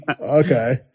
Okay